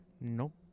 Nope